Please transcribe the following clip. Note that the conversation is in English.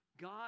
God